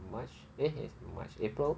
march eh eh march april